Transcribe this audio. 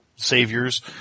saviors